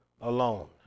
alone